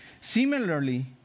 Similarly